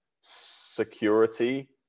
security